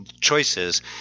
choices